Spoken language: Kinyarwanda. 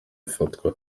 ufatwa